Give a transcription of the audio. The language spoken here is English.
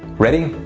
ready?